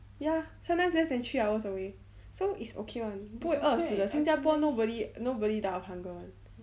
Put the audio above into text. ya sometimes less than three hours away so it's okay [one] 不会饿死的新加坡 nobody nobody die of hunger [one]